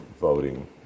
voting